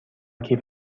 کیف